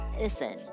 listen